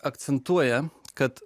akcentuoja kad